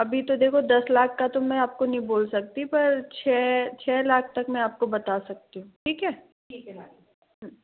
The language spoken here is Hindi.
अभी तो देखो दस लाख का तो मैं आपको नहीं बोल सकती पर छः छः लाख तक मैं आपको बता सकती हूँ ठीक है